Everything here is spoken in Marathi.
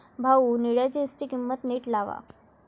भाऊ, निळ्या जीन्सची किंमत नीट लावा